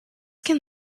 can